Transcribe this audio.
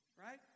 Right